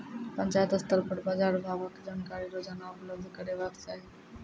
पंचायत स्तर पर बाजार भावक जानकारी रोजाना उपलब्ध करैवाक चाही?